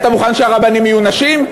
אתה מוכן שהרבנים יהיו נשים?